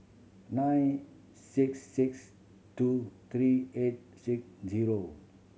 nine six six two three eight six zero